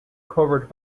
covered